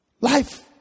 Life